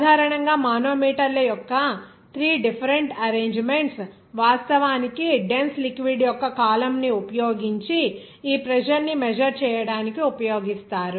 సాధారణంగా మానోమీటర్ల యొక్క 3 డిఫెరెంట్ అరేంజిమెంట్స్ వాస్తవానికి డెన్స్ లిక్విడ్ యొక్క కాలమ్ ఉపయోగించి ఈ ప్రెజర్ ని మెజర్ చేయడానికి ఉపయోగిస్తారు